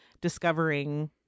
discovering